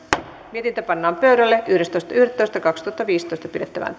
mietintö pannaan pöydälle yhdestoista yhdettätoista kaksituhattaviisitoista pidettävään